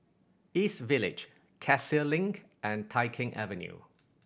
East Village Cassia Link and Tai Keng Avenue